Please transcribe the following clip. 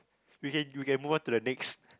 we can you can move on to the next